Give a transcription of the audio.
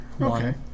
Okay